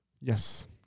yes